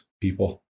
people